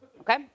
Okay